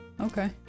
Okay